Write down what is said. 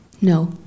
No